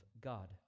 God